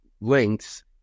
links